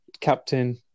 captain